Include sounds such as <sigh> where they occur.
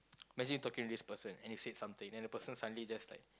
<noise> imagine talking to this person and he said something then the person suddenly just like